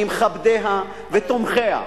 ממכבדיה ותומכיה.